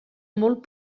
molt